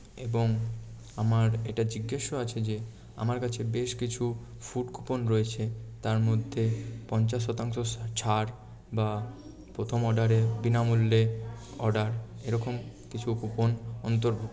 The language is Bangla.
এবং আমার এটা জিজ্ঞাস্য আছে যে আমার কাছে বেশ কিছু ফুড কুপন রয়েছে তার মধ্যে পঞ্চাশ শতাংশ ছাড় বা প্রথম অর্ডারে বিনামূল্যে অর্ডার এরকম কিছু কুপন অন্তর্ভুক্ত